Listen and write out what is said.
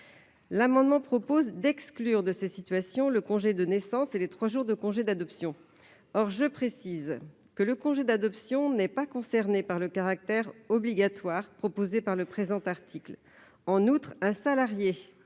L'amendement vise à exclure de ces situations le congé de naissance et les trois jours de congé d'adoption. Or je précise que le congé d'adoption n'est pas concerné par le caractère obligatoire prévu dans le présent article. En outre, un salarié